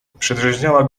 przedrzeźniała